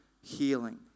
healing